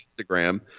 Instagram